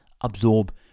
absorb